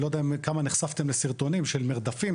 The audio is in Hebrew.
לא יודע כמה נחשפתם לסרטונים של מרדפים,